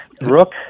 Rook